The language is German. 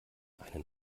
einen